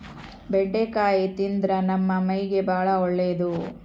ಬೆಂಡಿಕಾಯಿ ತಿಂದ್ರ ನಮ್ಮ ಮೈಗೆ ಬಾಳ ಒಳ್ಳೆದು